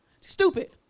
stupid